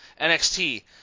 NXT